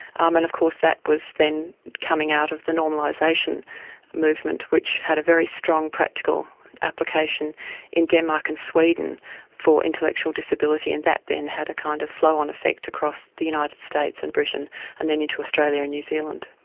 um and of course that was then coming out of the normalisation movement, which had a very strong practical application in denmark and sweden for intellectual disability, and that then had a kind of flow-on effect across the united states and britain and then into australia and new zealand.